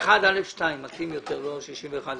61(א)(2) מתאים יותר ולא 61(א)(4).